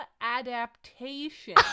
adaptation